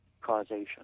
causation